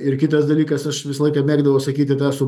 ir kitas dalykas aš visą laiką mėgdavau sakyti tą su